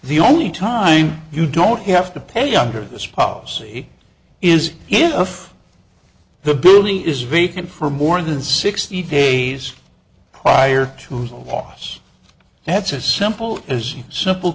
the only time you don't have to pay under this policy is if the building is vacant for more than sixty days prior to the loss that's as simple as simple